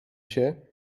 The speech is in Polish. się